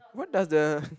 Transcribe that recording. what does the